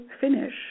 finish